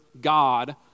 God